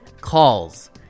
calls